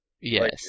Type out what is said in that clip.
Yes